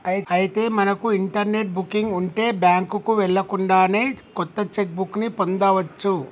అయితే మనకు internet booking ఉంటే బ్యాంకుకు వెళ్ళకుండానే కొత్త చెక్ బుక్ ని పొందవచ్చు